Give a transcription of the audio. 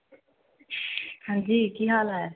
ਹਾਂਜੀ ਕੀ ਹਾਲ ਹੈ